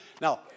Now